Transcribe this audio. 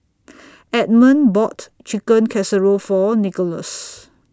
Edmund bought Chicken Casserole For Nicolas